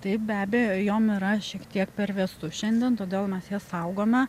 taip be abejo jom yra šiek tiek per vėsu šiandien todėl mes jas saugome